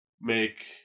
make